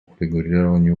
урегулированию